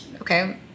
okay